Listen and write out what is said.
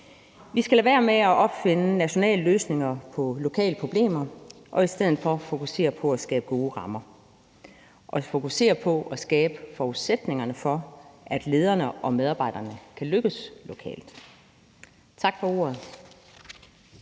Vi skal lade være med at opfinde nationale løsninger på lokale problemer og i stedet for fokusere på at skabe gode rammer og fokusere på at skabe forudsætningerne for, at lederne og medarbejderne kan lykkes lokalt. Tak for ordet.